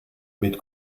mit